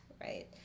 right